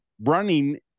running